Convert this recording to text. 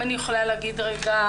מן הסתם זה יהיה בהמשך.